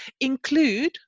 Include